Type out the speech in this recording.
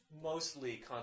mostly